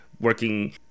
working